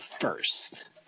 first